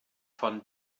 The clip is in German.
von